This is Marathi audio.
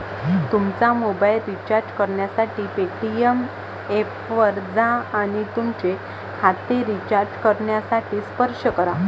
तुमचा मोबाइल रिचार्ज करण्यासाठी पेटीएम ऐपवर जा आणि तुमचे खाते रिचार्ज करण्यासाठी स्पर्श करा